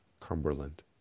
Cumberland